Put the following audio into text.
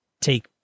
take